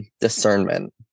Discernment